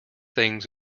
things